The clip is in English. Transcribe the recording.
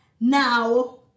Now